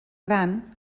gran